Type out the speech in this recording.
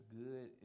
good